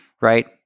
right